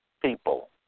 people